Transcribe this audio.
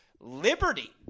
Liberty